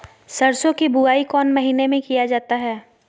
सरसो की बोआई कौन महीने में किया जाता है?